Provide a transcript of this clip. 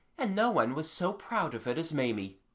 and no one was so proud of it as maimie.